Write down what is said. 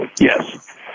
Yes